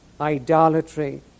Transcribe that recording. idolatry